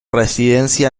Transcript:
residencia